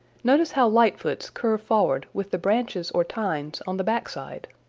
notice how lightfoot's curve forward with the branches or tines on the back side.